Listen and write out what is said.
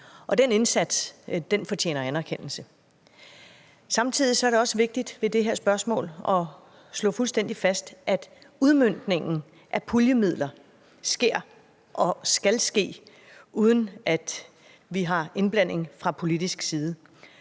Og den indsats fortjener anerkendelse. Samtidig er det også vigtigt ved det her spørgsmål at slå fuldstændig fast, at udmøntningen af puljemidler sker og skal ske, uden at der er indblanding fra politisk side.